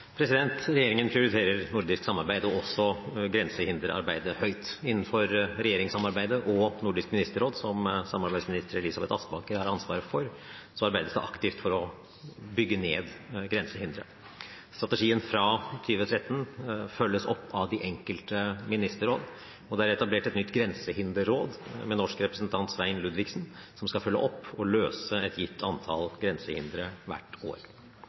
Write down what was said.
Regjeringen prioriterer nordisk samarbeid, også grensehinderarbeidet, høyt. Innenfor regjeringssamarbeidet og Nordisk ministerråd, som samarbeidsminister Elisabeth Aspaker har ansvaret for, arbeides det aktivt for å bygge ned grensehindre. Strategien fra 2013 følges opp av de enkelte ministerråd, og det er etablert et nytt grensehinderråd, med norsk representant Svein Ludvigsen, som skal følge opp og løse et gitt antall grensehindre hvert år.